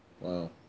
Wow